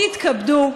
תתכבדו,